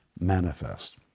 manifest